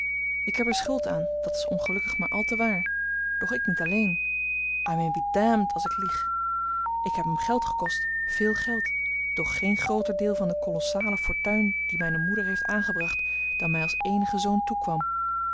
ik heb er schuld aan dat is ongelukkig maar al te waar doch ik niet alleen i may be damned als ik lieg ik heb hem geld gekost veel geld doch geen grooter deel van de kolossale fortuin die mijne moeder heeft aangebracht dan mij als eenige zoon toekwam